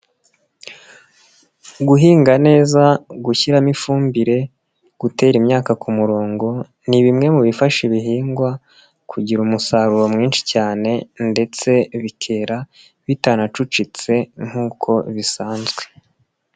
Guhinga neza, gushyiramo ifumbire, gutera imyaka ku murongo, ni bimwe mu bifasha ibihingwa kugira umusaruro mwinshi cyane ndetse bikera bitanacucitse nkuko bisanzwe.